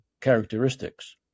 characteristics